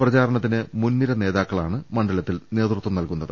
പ്രചാരണത്തിന് മുൻനിര നേതാക്ളആണ് മണ്ഡലത്തിൽ നേതൃത്വം നൽകുന്നത്